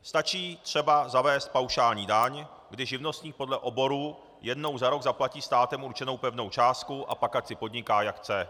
Stačí třeba zavést paušální daň, kdy živnostník podle oboru jednou za rok zaplatí státem určenou pevnou částku, a pak ať si podniká jak chce.